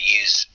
use